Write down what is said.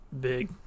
big